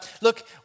look